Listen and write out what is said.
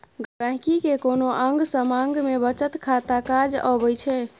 गांहिकी केँ कोनो आँग समाँग मे बचत खाता काज अबै छै